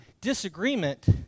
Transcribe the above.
Disagreement